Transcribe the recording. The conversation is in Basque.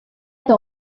eta